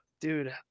dude